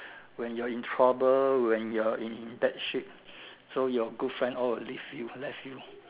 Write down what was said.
when you're in trouble when you are in bad shape so your good friend all will leave you left you